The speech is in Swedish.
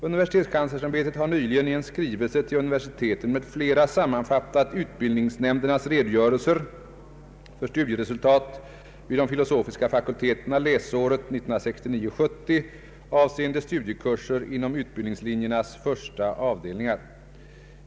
Universitetskanslersämbetet har nyligen i en skrivelse till universiteten m.fl. sammanfattat = utbildningsnämndernas redogörelser för studieresultat vid de filosofiska fakulteterna läsåret 1969/70 avseende studiekurser inom utbildningslinjernas första avdelningar.